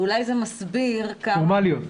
ואולי זה מסביר --- פורמליות.